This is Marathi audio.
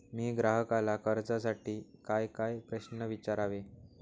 मी ग्राहकाला कर्जासाठी कायकाय प्रश्न विचारावे?